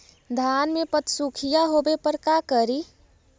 धान मे पत्सुखीया होबे पर का करि?